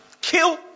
Kill